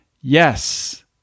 Yes